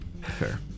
Fair